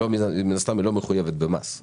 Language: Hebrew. מה שצריך לעשות זה להמתין עם הצו הזה,